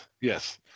yes